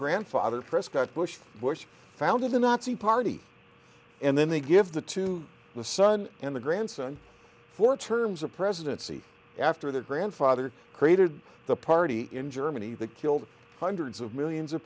grandfather prescott bush bush founded the nazi party and then they give the to the son and the grandson for terms of presidency after their grandfather created the party in germany that killed hundreds of millions of